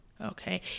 Okay